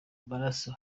maraso